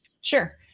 sure